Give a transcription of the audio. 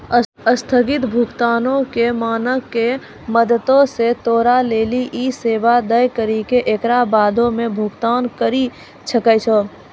अस्थगित भुगतानो के मानक के मदतो से तोरा लेली इ सेबा दै करि के एकरा बादो मे भुगतान करि सकै छै